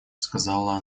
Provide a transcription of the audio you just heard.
сказала